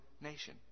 nation